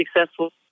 successful